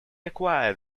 acquired